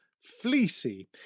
fleecy